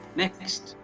next